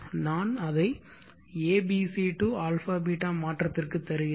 நான் அதை abc to α β மாற்றத்திற்கு தருகிறேன்